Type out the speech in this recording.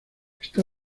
está